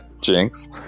Jinx